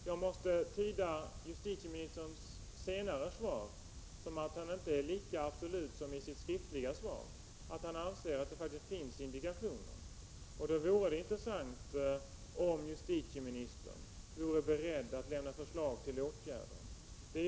Jag måste tyda justitieministerns senare svar som att han inte är lika absolut som i sitt skriftliga svar, utan att han alltså anser att det faktiskt finns sådana indikationer. Då vore det intressant om justitieministern vore beredd att lämna förslag till åtgärder.